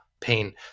pain